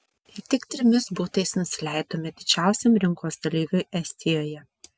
ir tik trimis butais nusileidome didžiausiam rinkos dalyviui estijoje